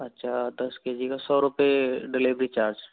अच्छा दस K G का सौ रुपए डेलीवरी चार्ज